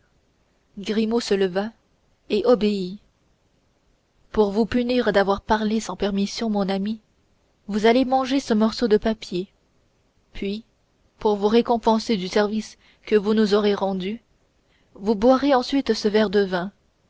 grimaud se leva et obéit pour vous punir d'avoir parlé sans permission mon ami vous allez manger ce morceau de papier puis pour vous récompenser du service que vous nous aurez rendu vous boirez ensuite ce verre de vin